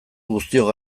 guztiok